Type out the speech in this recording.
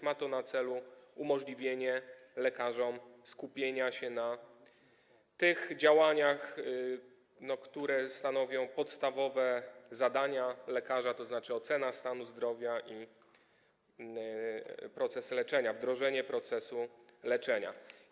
Ma to na celu umożliwienie lekarzom skupienia się na tych działaniach, które stanowią podstawowe zadania lekarza, tzn. na ocenie stanu zdrowia i procesie leczenia, wdrożeniu procesu leczenia.